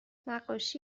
نقاشی